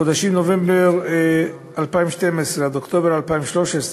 בחודשים נובמבר 2012 עד אוקטובר 2013,